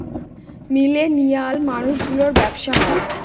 millennial মানুষ গুলোর ব্যাবসা হয়